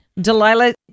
Delilah